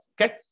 Okay